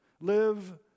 Live